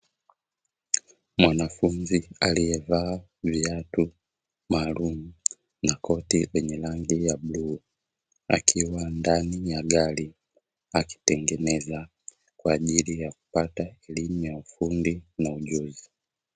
Mwanafunzi aliyevaa viatu maalumu na koti lenye rangi ya bluu, akiwa ndani ya gari akitengeneza, kwa ajili ya kupata elimu ya ufundi na ujuzi.